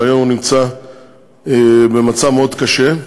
שהיום נמצאת במצב מאוד קשה.